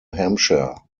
hampshire